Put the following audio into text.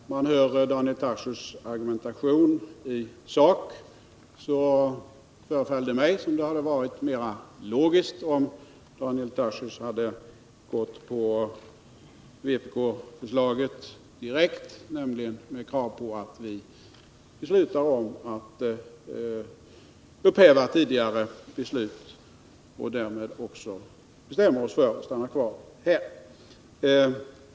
När jag hör Daniel Tarschys argumentation i sak tycker jag att det hade varit mera logiskt om han hade gått direkt på vpk-förslaget att vi skall upphäva tidigare beslut och därmed också bestämma oss för att stanna kvar här.